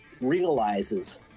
realizes